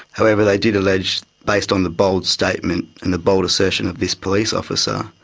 however, they did allege, based on the bold statement and the bold assertion of this police officer,